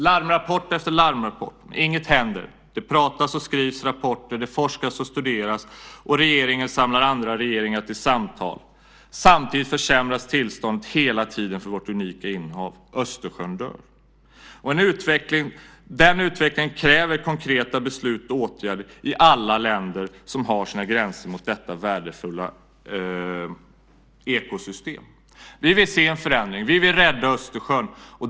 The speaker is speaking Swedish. Larmrapport efter larmrapport, inget händer. Det pratas och skrivs rapporter. Det forskas och studeras. Regeringen samlar andra regeringar till samtal. Samtidigt försämras tillståndet hela tiden för vårt unika innanhav Östersjön. Den utvecklingen kräver konkreta beslut och åtgärder i alla länder som har sina gränser mot detta värdefulla ekosystem. Vi vill se en förändring. Vi vill rädda Östersjön.